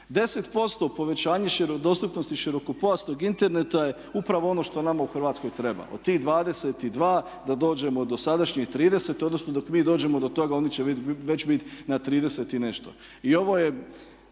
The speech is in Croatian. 10% povećanje dostupnosti širokopojasnog interneta je upravo ono što nama u Hrvatskoj treba. Od tih 22 da dođemo do sadašnjih 30 odnosno dok mi dođemo do toga oni će već bit na 30 i nešto. I ovo je,